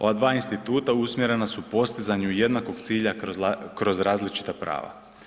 Ova dva instituta usmjerena su postizanju jednakog cilja kroz različita prava.